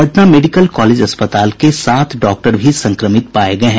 Patna medical college अस्पताल के सात डॉक्टर भी संक्रमित पाये गये हैं